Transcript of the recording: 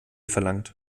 verlangt